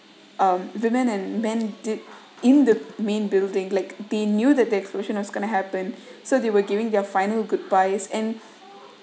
um women and men did in the main building like they knew that the explosion was going to happen so they were giving their final goodbyes and